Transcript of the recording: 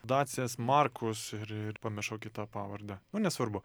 dacės markus ir ir pamiršau kitą pavardę nu nesvarbu